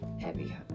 Heavy